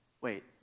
wait